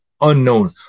unknown